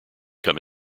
come